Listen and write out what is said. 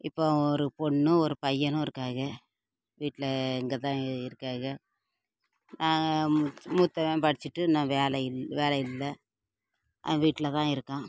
இப்போ ஒரு பொண்ணும் ஒரு பையனும் இருக்காக வீட்டில் இங்கே தான் இருக்காக நாங்கள் மூத்தவன் படிச்சிட்டு இன்னும் வேலை இல்லை வேலை இல்லை அவன் வீட்டில் தான் இருக்கான்